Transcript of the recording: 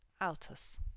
altus